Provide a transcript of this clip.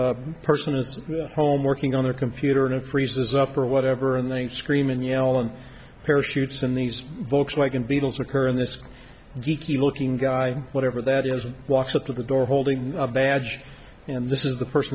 sky person as home working on their computer and it freezes up or whatever and they scream and yell and parachutes in these volkswagen beetles occur in this g q looking guy whatever that is and walks up to the door holding a badge and this is the